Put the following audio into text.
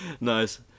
Nice